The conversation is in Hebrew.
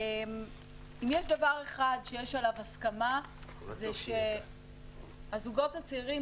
אם יש דבר אחד שיש עליו הסכמה הוא שהזוגות הצעירים